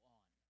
on